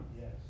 yes